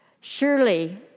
Surely